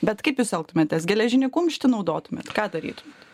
bet kaip jūs elgtumėtės geležinį kumštį naudotumėt ką darytumėt